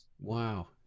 Wow